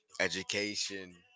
education